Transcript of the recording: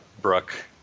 Brooke